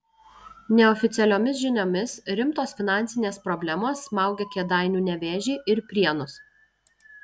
neoficialiomis žiniomis rimtos finansinės problemos smaugia kėdainių nevėžį ir prienus